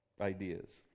ideas